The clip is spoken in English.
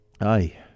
Aye